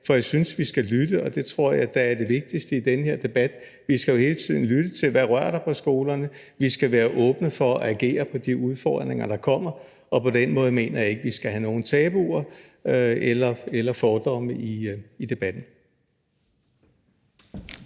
For jeg synes, vi skal lytte, og det tror jeg da er det vigtigste i den her debat. Vi skal hele tiden lytte til, hvad der rører sig på skolerne, vi skal være åbne for at agere på de udfordringer, der kommer, og på den måde mener jeg ikke, vi skal have nogen tabuer eller fordomme i debatten.